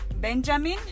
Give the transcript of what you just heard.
Benjamin